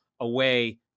away